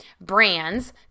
brands